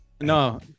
No